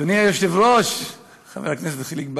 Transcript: אדוני היושב-ראש חבר הכנסת חיליק בר,